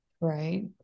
Right